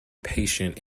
patient